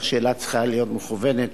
והשאלה צריכה להיות מכוונת